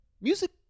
music